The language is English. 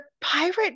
pirate